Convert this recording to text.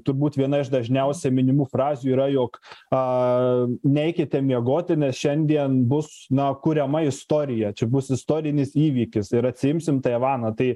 turbūt viena iš dažniausiai minimų frazių yra jog a neikite miegoti nes šiandien bus na kuriama istorija čia bus istorinis įvykis ir atsiimsim taivaną tai